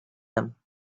them